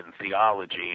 theology